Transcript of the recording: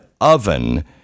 oven